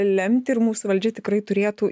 lemti ir mūsų valdžia tikrai turėtų